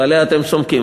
ועליה אתם סומכים,